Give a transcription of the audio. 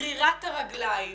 גרירת הרגליים